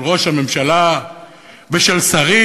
של ראש הממשלה ושל שרים,